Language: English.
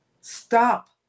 Stop